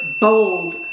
bold